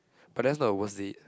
but that's not the worst date